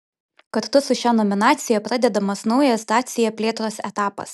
kartu su šia nominacija pradedamas naujas dacia plėtros etapas